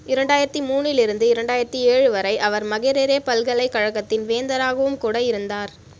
இரண்டாயிரத்தி மூன்றிலிருந்து இரண்டாயிரத்தி ஏழு வரை அவர் மகெரெரெ பல்கலைக்கலகத்தின் வேந்தராகவும் கூட இருந்தார்